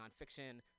nonfiction